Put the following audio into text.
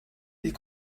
est